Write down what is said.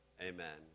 Amen